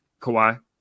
Kawhi